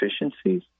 efficiencies